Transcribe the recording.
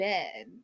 Bed